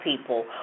people